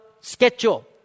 schedule